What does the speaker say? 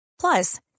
Plus